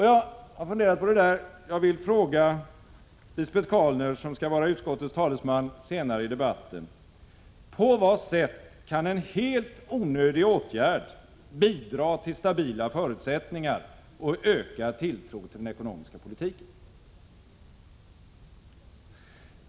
Jag har funderat på det där och vill fråga Lisbet Calner, som skall vara utskottets talesman senare i debatten: På vad sätt kan en helt onödig åtgärd bidra till stabila förutsättningar och ökad tilltro till den ekonomiska politiken?